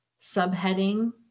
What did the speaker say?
subheading